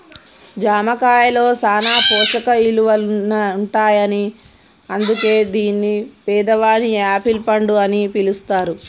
జామ కాయలో సాన పోషక ఇలువలుంటాయని అందుకే దీన్ని పేదవాని యాపిల్ పండు అని పిలుస్తారు